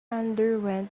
underwent